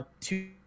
two